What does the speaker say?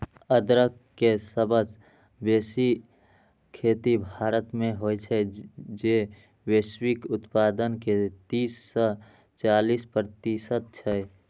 अदरक के सबसं बेसी खेती भारत मे होइ छै, जे वैश्विक उत्पादन के तीस सं चालीस प्रतिशत छै